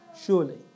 Surely